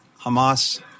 Hamas